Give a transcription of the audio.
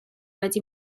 wedi